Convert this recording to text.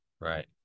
Right